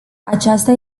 aceasta